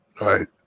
right